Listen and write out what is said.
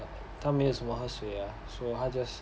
他没有什么喝水 ah so 他 just